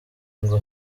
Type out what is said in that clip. ngo